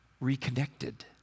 Reconnected